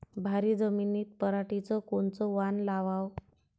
भारी जमिनीत पराटीचं कोनचं वान लावाव?